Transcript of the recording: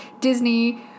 Disney